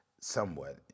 somewhat